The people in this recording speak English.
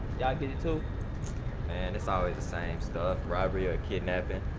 y'all get it too? man, it's always the same stuff, robbery or kidnapping.